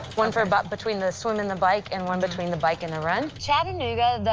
one for about between the swim and the bike, and one between the bike and the run. chattanooga,